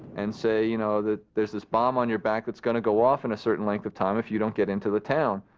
and say, you know, there's this bomb on your back that's gonna go off in a certain length of time if you don't get into the town.